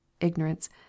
IGNORANCE